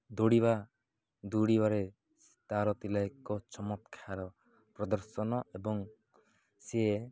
ଦୌଡ଼ିବା ଦୌଡ଼ିବାରେ ତା'ର ଥିଲା ଏକ ଚମତ୍କାର ପ୍ରଦର୍ଶନ ଏବଂ ସେ